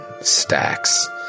stacks